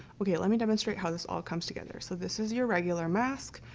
okay, let me demonstrate how this all comes together. so this is your regular mask.